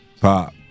Pop